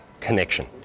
connection